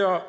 Jag